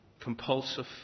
compulsive